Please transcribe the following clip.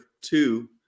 two